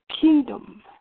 kingdom